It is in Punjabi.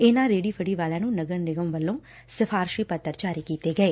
ਇਨਾਂ ਰੇੜੀ ਫੜੀ ਵਾਲਿਆਂ ਨੂੰ ਨਗਰ ਨਿਗਮ ਵੱਲੋਂ ਸਿਫ਼ਾਰਸ਼ੀ ਪੱਤਰ ਜਾਰੀ ਕੀਤੇ ਗਏ